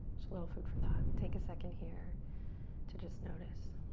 little food for thought. take a second here to just notice.